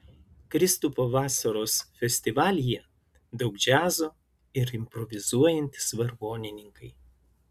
kristupo vasaros festivalyje daug džiazo ir improvizuojantys vargonininkai